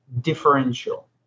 differential